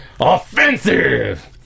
Offensive